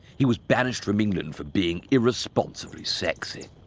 he was banished from england for being irresponsibly sexy.